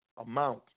Amount